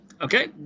Okay